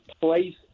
place